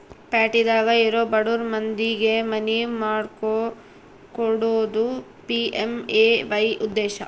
ಪ್ಯಾಟಿದಾಗ ಇರೊ ಬಡುರ್ ಮಂದಿಗೆ ಮನಿ ಮಾಡ್ಕೊಕೊಡೋದು ಪಿ.ಎಮ್.ಎ.ವೈ ಉದ್ದೇಶ